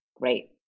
Great